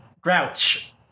Grouch